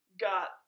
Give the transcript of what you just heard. got